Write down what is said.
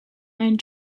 and